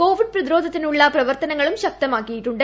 Covid പ്രതിരോധത്തിനുള്ള പ്രവർത്തനങ്ങളും ശക്തമാക്കിയിട്ടുണ്ട്